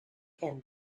and